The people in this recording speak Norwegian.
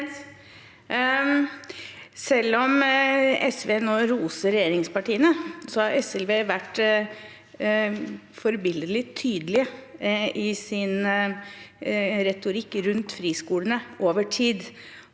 Selv om SV nå ro- ser regjeringspartiene, har SV vært forbilledlig tydelig i sin retorikk rundt friskolene over tid,